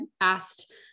asked